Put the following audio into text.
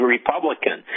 Republican